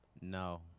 No